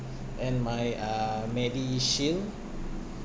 and my uh medishield